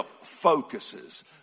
focuses